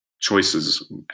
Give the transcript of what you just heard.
choices